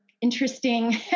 interesting